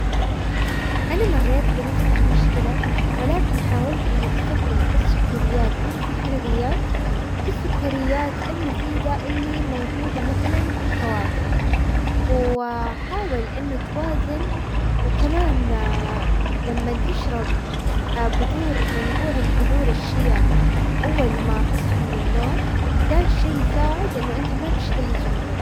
انا مريت بنفس المشكلة ولكن حاولت انه استبدل السكريات اللي في الحلويات بالسكريات المفيدة اللي موجودة مثلا بالفواكه. حاول انه توازن وكمان لمن تشرب بذور منقوع البذور الشيا اول ما تصحى من النوم، دا شي يساعد انه انت ما تشتهي سكر.